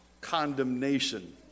condemnation